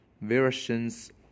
versions